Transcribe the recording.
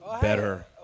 better